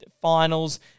finals